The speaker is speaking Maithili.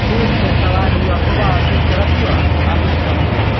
ठीक छै तब आइ रहलीयौ सुबह ठीक छै रखीयौ आबै छियै सुबह